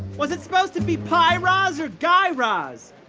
was it supposed to be pie raz or guy raz?